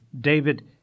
David